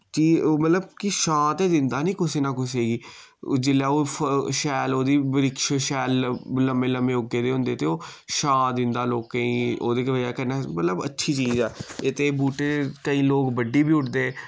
ओह् मतलब कि छां ते दिंदा नी कुसै ना कुसै गी जिल्लै ओह् शैल उ'दी वृक्ष शैल लम्मे लम्मे उग्गे दे होंदे ते ओ छां दिंदा लोकें गी ओह्दी वजह कन्नै मतलब अच्छी चीज ऐ नेईं ते बूह्टे केईं लोक बड्ढी बी ओड़दे